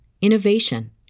innovation